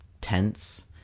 tense